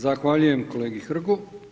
Zahvaljujem kolegi Hrgu.